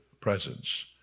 presence